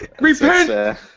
Repent